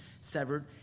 severed